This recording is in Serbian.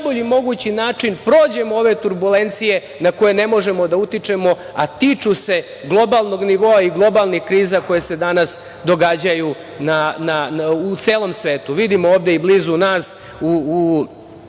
na najbolji mogući način prođemo ove turbulencije na koje ne možemo da utičemo, a tiču se globalnog nivoa i globalnih kriza koje se danas događaju u celom svetu. Vidimo ovde i blizu nas,